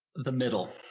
the middle.